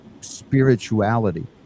spirituality